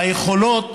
ביכולות